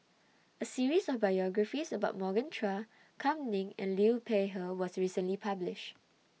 A series of biographies about Morgan Chua Kam Ning and Liu Peihe was recently published